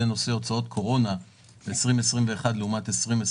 נושא הוצאות קורונה ל-2021 לעומת 2022,